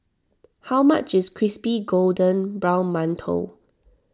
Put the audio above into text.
how much is Crispy Golden Brown Mantou